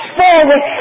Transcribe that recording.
forward